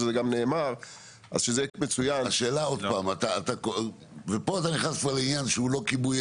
פה אתה כבר נכנס לעניין שהוא לא כיבוי